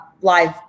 live